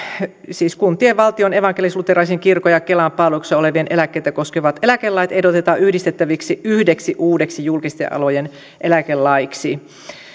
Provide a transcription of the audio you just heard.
siis kuntien ja valtion evankelisluterilaisen kirkon ja kevan palveluksessa olevien eläkkeitä koskevat eläkelait ehdotetaan yhdistettäväksi yhdeksi uudeksi julkisten alojen eläkelaiksi